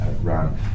run